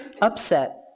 upset